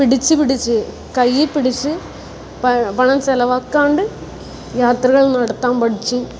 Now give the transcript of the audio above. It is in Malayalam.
പിടിച്ച് പിടിച്ച് കയ്യിൽ പിടിച്ച് പണം ചിലവാക്കാണ്ട് യാത്രകൾ നടത്താൻ പഠിച്ചു